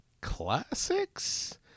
classics